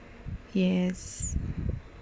yes